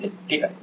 नितीन ठीक आहे